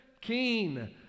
Keen